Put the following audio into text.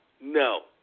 no